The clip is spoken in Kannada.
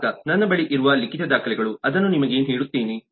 ಗ್ರಾಹಕ ನನ್ನ ಬಳಿ ಇರುವ ಲಿಖಿತ ದಾಖಲೆ ಅದನ್ನು ನಿಮಗೆ ನೀಡುತ್ತೇನೆ